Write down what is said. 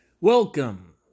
Welcome